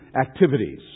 activities